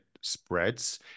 spreads